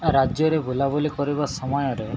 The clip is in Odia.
ରାଜ୍ୟରେ ବୁଲାବୁଲି କରିବା ସମୟରେ